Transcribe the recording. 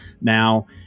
now